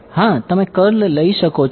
હા તમે કર્લ લઈ શકો છો